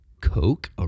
Coke